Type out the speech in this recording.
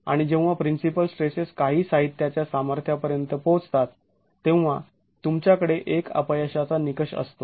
आणि जेव्हा principal stresses काही साहित्याच्या सामर्थ्यापर्यंत पोहचतात तेव्हा तुमच्याकडे एक अपयशाचा निकष असतो